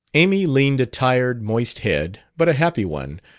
amy leaned a tired, moist head, but a happy one,